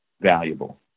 valuable